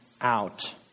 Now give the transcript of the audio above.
out